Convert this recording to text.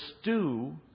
stew